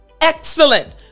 excellent